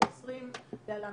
התש״ף-2020 (להלן,